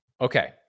Okay